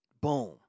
Boom